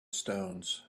stones